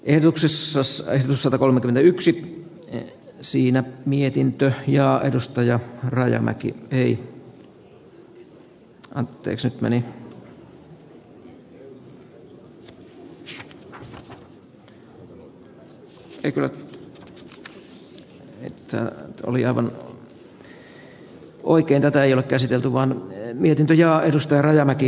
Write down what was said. eroksessa sai satakolmekymmentäyksi ja siinä mietintö ja äänestin vahingossa jaa vaikka piti äänestää ei ole käsitelty vaan mietintö ja edustaa rajamäki